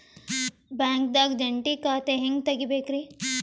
ಬ್ಯಾಂಕ್ದಾಗ ಜಂಟಿ ಖಾತೆ ಹೆಂಗ್ ತಗಿಬೇಕ್ರಿ?